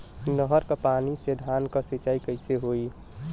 नहर क पानी से धान क सिंचाई कईसे होई?